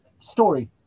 story